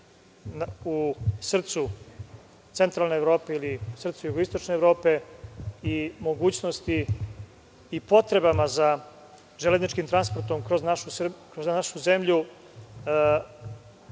u srcu centralne Evrope ili srcu jugoistočne Evrope i mogućnosti i potrebama za železničkim transportom kroz našu zemlju,